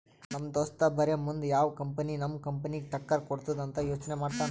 ನಮ್ ದೋಸ್ತ ಬರೇ ಮುಂದ್ ಯಾವ್ ಕಂಪನಿ ನಮ್ ಕಂಪನಿಗ್ ಟಕ್ಕರ್ ಕೊಡ್ತುದ್ ಅಂತ್ ಯೋಚ್ನೆ ಮಾಡ್ತಾನ್